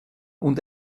und